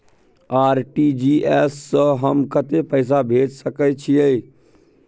RTG S स हम कत्ते पैसा भेज सकै छीयै?